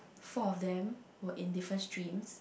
four of them were in different stream